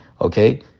okay